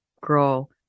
girl